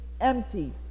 empty